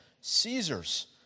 Caesar's